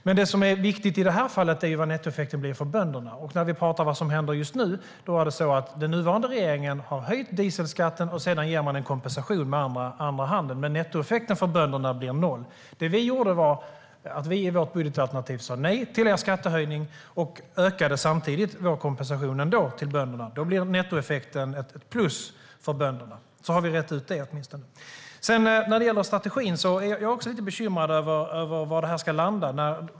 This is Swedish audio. Men det som är viktigt i det här fallet är vad nettoeffekten blir för bönderna. Den nuvarande regeringen har höjt dieselskatten och ger sedan en kompensation med andra handen, men nettoeffekten för bönderna blir noll. Det vi gjorde var att vi i vårt budgetalternativ sa nej till er skattehöjning och samtidigt ändå ökade vår kompensation till bönderna, vilket gav en positiv nettoeffekt för bönderna. Då har vi rett ut det. När det gäller strategin är jag lite bekymrad över var det här ska landa.